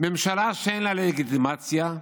ממשלה שאין לה לגיטימציה,